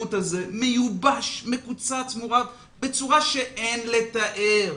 השירות הזה מיובש, מקוצץ, מורעב בצורה שאין לתאר.